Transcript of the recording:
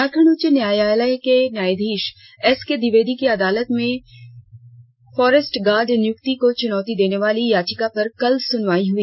झारखंड उच्च न्यायालय के न्यायाधीश एसके द्विवेदी की अदालत में फॉरेस्ट गार्ड नियुक्ति को चुनौती देने वाली याचिका पर कल सुनवाई हुई